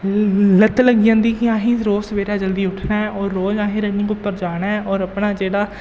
लत्त लग्गी जंदी कि असें गी रोज सवेरै जल्दी उट्ठना ऐ होर रोज असें रन्निंग उप्पर जाना ऐ होर अपना जेह्ड़ा